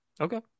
Okay